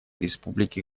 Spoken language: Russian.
республике